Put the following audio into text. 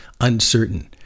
uncertain